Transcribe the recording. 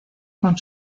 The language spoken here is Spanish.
con